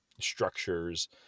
structures